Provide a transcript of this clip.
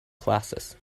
classes